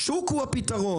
השוק הוא הפתרון.